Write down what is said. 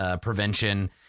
prevention